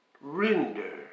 render